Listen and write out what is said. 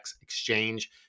exchange